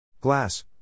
Glass